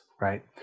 right